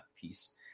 piece